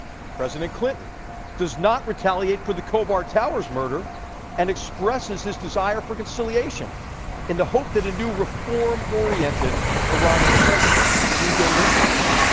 president clinton does not retaliate for the khobar towers murder and expresses his desirer conciliation in the hope that a new reform-oriented iranian president will gain influence.